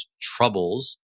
troubles